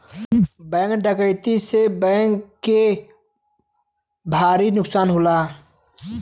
bank डकैती से bank के भारी नुकसान होला